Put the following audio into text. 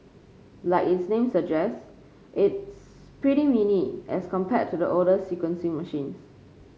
like its name suggests it's pretty mini as compared to the older sequencing machines